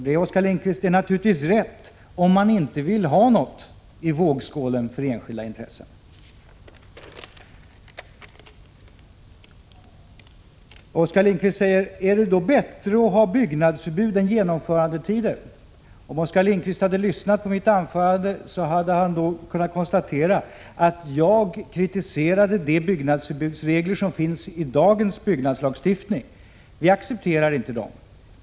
Det är naturligtvis riktigt, om man inte vill ha någonting att lägga i vågskålen för enskilda intressen. Oskar Lindkvist undrade: Är det då bättre att ha byggnadsförbud än genomförandetider? Om han hade lyssnat på mitt anförande hade han kunnat konstatera att jag kritiserade de byggnadsförbudsregler som finns i dagens byggnadslagstiftning. Vi accepterar inte dem.